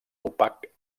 opac